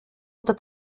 oder